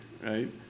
right